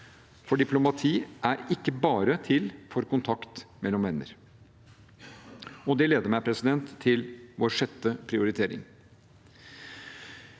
for diplomati er ikke bare til for kontakt mellom venner. Det leder meg til vår sjette prioritering.